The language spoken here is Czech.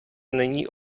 není